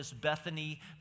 Bethany